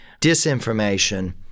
disinformation